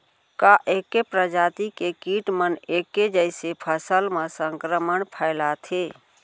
का ऐके प्रजाति के किट मन ऐके जइसे फसल म संक्रमण फइलाथें?